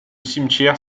cimetière